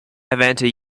erwähnte